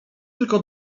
tylko